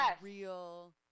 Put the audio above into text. real